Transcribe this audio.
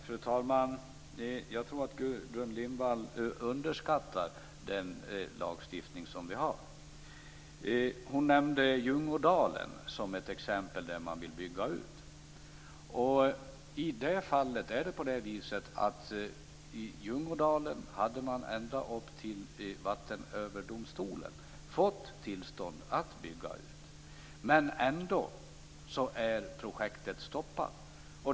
Fru talman! Jag tror att Gudrun Lindvall underskattar den lagstiftning som vi har. Hon nämnde Ljungådalen som ett exempel där man vill bygga ut. I fallet Ljungådalen var det så att man ända upp till Vattenöverdomstolen hade fått tillstånd att bygga ut, men projektet är ändå stoppat.